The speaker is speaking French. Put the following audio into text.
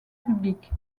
public